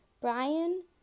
Brian